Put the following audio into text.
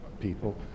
people